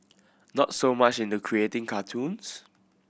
not so much into creating cartoons